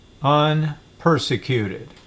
unpersecuted